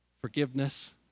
forgiveness